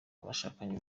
abashakanye